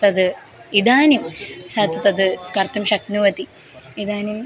तद् इदानीं सा तु तद् कर्तुं शक्नुवन्ति इदानीं